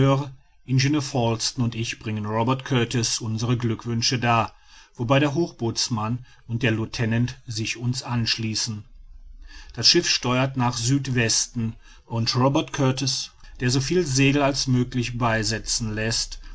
ingenieur falsten und ich bringen robert kurtis unsere glückwünsche dar wobei der hochbootsmann und der lieutenant sich uns anschließen das schiff steuert nach südwesten und robert kurtis der so viele segel als möglich beisetzen läßt